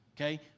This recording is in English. okay